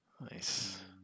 Nice